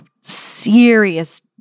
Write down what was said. serious